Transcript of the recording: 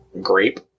Grape